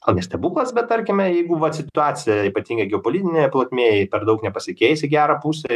o ne stebuklas bet tarkime jeigu vat situacija ypatingai geopolitinėje plotmėj per daug nepasikeis į gerą pusę